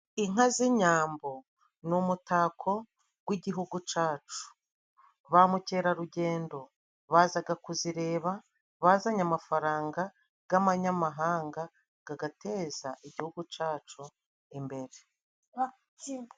Inka z'inyambo ni umutako w'igihugu cacu. Ba mukerarugendo bazaga kuzireba, bazanye amafaranga g'amanyamahanga kagateza igihugu cacu imbere.